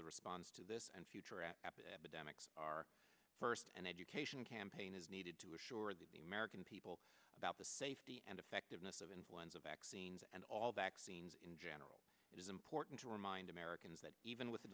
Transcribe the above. the response to this and future at epidemic our first and education campaign is needed to assure the american people about the safety and effectiveness of influenza vaccines and all vaccines in general it is important to remind americans that even with the